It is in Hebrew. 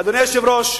אדוני היושב-ראש,